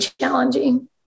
challenging